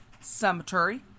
cemetery